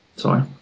Sorry